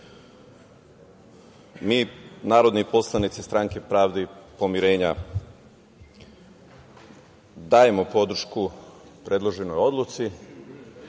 mi, narodni poslanici Stranke pravde i pomirenja dajemo podršku predloženoj odluci,